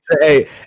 Hey